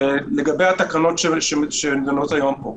לגבי התקנות שנדונות פה היום,